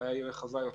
הבעיה היא רחבה יותר.